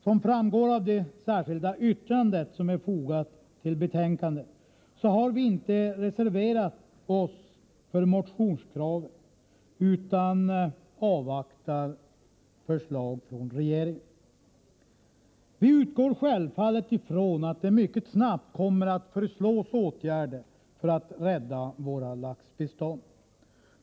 Som framgår av det särskilda yttrande som är fogat till betänkandet har vi inte reserverat oss för motionskraven utan avvaktar förslag från regeringen. Vi utgår självfallet ifrån att det mycket snabbt kommer att föreslås åtgärder för att rädda våra laxbestånd.